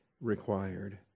required